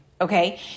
Okay